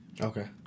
Okay